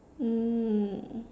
mm